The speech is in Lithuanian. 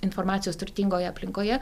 informacijos turtingoje aplinkoje